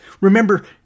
Remember